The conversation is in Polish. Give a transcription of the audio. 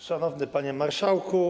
Szanowny Panie Marszałku!